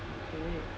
okay